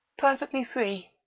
perfectly free.